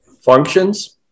functions